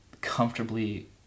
comfortably